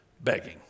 begging